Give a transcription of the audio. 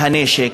הנשק,